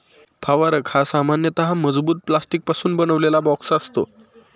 फवारक हा सामान्यतः मजबूत प्लास्टिकपासून बनवलेला बॉक्स असतो